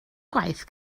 gwaith